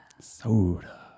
Soda